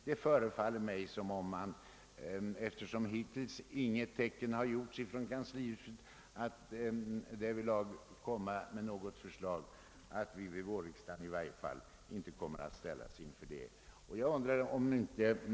Hittills finns det inga tecken från kanslihuset som tyder på att vi i varje fall under vårriksdagen kommer att ställas inför något förslag i denna fråga.